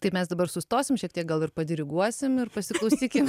tai mes dabar sustosim šiek tiek gal ir padiriguosim ir pasiklausykim